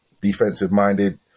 defensive-minded